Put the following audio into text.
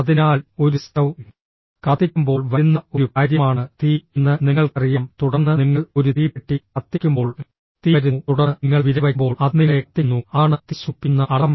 അതിനാൽ ഒരു സ്റ്റൌ കത്തിക്കുമ്പോൾ വരുന്ന ഒരു കാര്യമാണ് തീ എന്ന് നിങ്ങൾക്കറിയാം തുടർന്ന് നിങ്ങൾ ഒരു തീപ്പെട്ടി കത്തിക്കുമ്പോൾ തീ വരുന്നു തുടർന്ന് നിങ്ങൾ വിരൽ വയ്ക്കുമ്പോൾ അത് നിങ്ങളെ കത്തിക്കുന്നു അതാണ് തീ സൂചിപ്പിക്കുന്ന അർത്ഥം